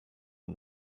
and